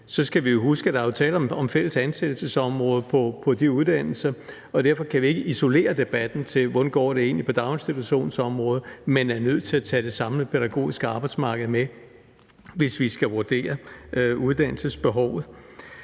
skal huske, at der er tale om et fælles ansættelsesområde på de uddannelser, og derfor kan vi ikke isolere debatten til, hvordan det egentlig går på daginstitutionsområdet, men vi er nødt til at tage det samlede pædagogiske arbejdsmarked med, hvis vi skal vurdere uddannelsesbehovet.